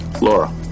Laura